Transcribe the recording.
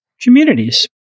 communities